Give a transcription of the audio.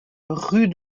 rue